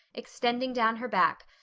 extending down her back,